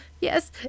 Yes